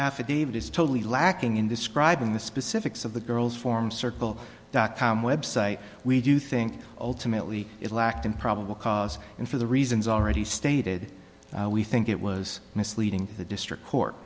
affidavit is totally lacking in describing the specifics of the girls form circle dot com website we do think ultimately it lacked in probable cause and for the reasons already stated we think it was misleading the district court